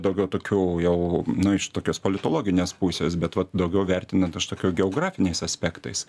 daugiau tokių jau nu iš tokios politologinės pusės bet vat daugiau vertinant iš tokio geografiniais aspektais